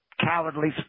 cowardly